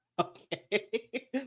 Okay